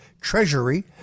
Treasury